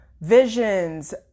visions